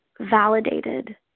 validated